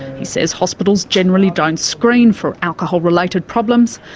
he says hospitals generally don't screen for alcohol-related problems,